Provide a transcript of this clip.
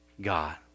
God